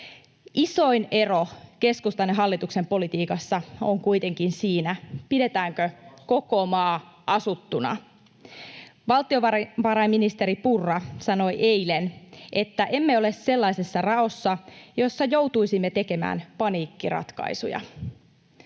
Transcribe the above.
Isoin ero keskustan ja hallituksen politiikassa on kuitenkin siinä, pidetäänkö koko maa asuttuna. Valtiovarainministeri Purra sanoi eilen, että emme ole sellaisessa raossa, jossa joutuisimme tekemään paniikkiratkaisuja.